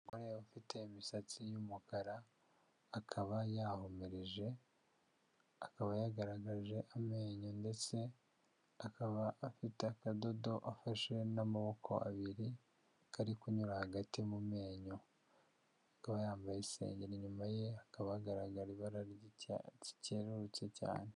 Umugore ufite imisatsi y'umukara akaba yahumirije akaba yagaragaje amenyo ndetse akaba afite akadodo afashe n'amaboko abiri kari kunyura hagati mu menyo yambaye isengeri inyuma ye hakaba hagaragara ibara ry'icyatsi cyerurutse cyane.